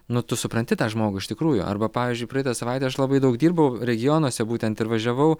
nu tu supranti tą žmogų iš tikrųjų arba pavyzdžiui praeitą savaitę aš labai daug dirbau regionuose būtent ir važiavau